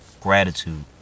Gratitude